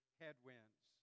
headwinds